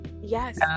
Yes